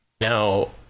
now